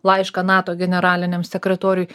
laišką nato generaliniam sekretoriui